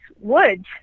Woods